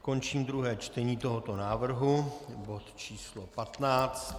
Končím druhé čtení tohoto návrhu, bod číslo 15.